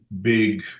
big